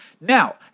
Now